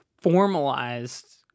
formalized